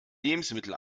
lebensmittel